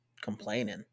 complaining